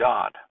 God